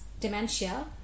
dementia